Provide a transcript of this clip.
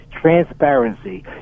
transparency